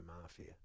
Mafia